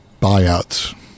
buyouts